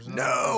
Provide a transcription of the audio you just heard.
no